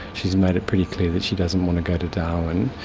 she's made it pretty clear that she doesn't want to go to darwin.